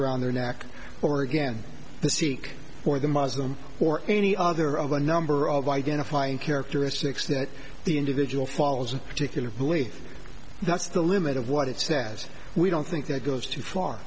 around their neck or again the sikh or the muslim or any other of a number of identifying characteristics that the individual follows in particular believe that's the limit of what it says we don't think that goes too far